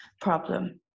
problem